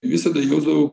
visada jausdavau